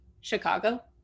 Chicago